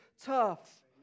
tough